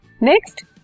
Next